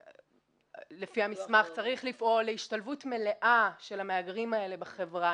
לפי המסמך צריך לפעול להשתלבות מלאה של המהגרים האלה בחברה,